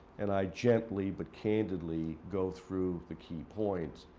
and i gently, but candidly, go through the key points.